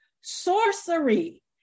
sorcery